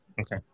Okay